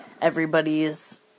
everybody's